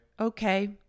Okay